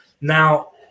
Now